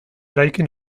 eraikin